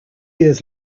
years